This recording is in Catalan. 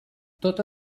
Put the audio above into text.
tota